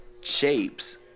shapes